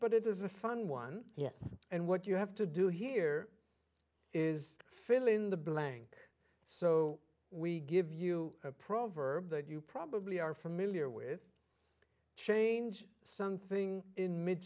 but it is a fun one yes and what you have to do here is fill in the blank so we give you a proverb that you probably are familiar with change something in mid